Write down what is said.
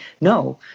no